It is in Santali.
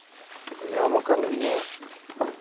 ᱧᱟᱢ ᱟᱠᱟᱱ ᱜᱮᱭᱟ